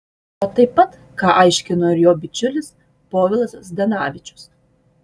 o taip pat ką aiškino ir jo bičiulis povilas zdanavičius